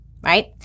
right